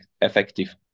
effective